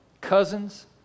cousins